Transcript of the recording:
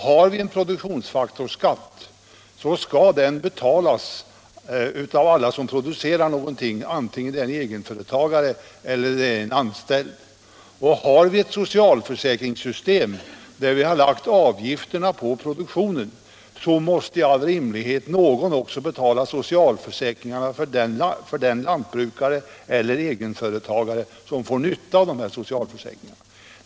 Har vi en produktionsfaktorsskatt skall den betalas av alla som producerar någonting, antingen det är en egenföretagare eller en anställd. Har vi ett socialförsäkringssystem, för vilket vi lagt avgifterna på produktionen, måste i all rimlighets namn någon betala socialförsäkringsavgifterna också för den lantbrukare eller egenföretagare som får nytta av dessa socialförsäkringar.